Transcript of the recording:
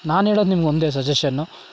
ನಾನು ಹೇಳೋದು ನಿಮ್ಗೆ ಒಂದೇ ಸಜೇಷನ್ನು